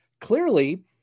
clearly